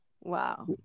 Wow